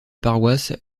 paroisse